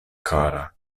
kara